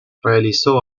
realizó